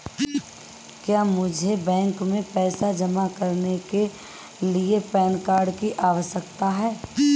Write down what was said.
क्या मुझे बैंक में पैसा जमा करने के लिए पैन कार्ड की आवश्यकता है?